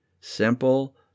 simple